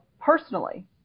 personally